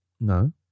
No